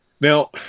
Now